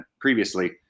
previously